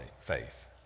faith